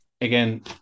Again